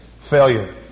failure